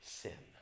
sin